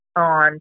on